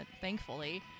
thankfully